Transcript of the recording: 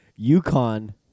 UConn